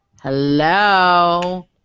Hello